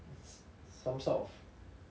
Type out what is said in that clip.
some sort of